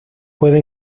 puede